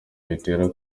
bitera